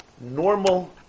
normal